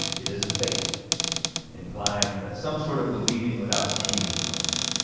it is a faith implying that some sort of believing without seeing is involved.